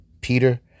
Peter